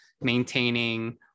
maintaining